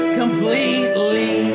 completely